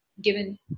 given